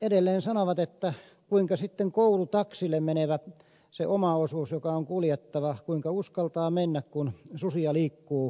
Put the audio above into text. edelleen he kysyvät kuinka sitten koulutaksille menevä sen oman osuuden joka on kuljettava uskaltaa mennä kun susia liikkuu maastossa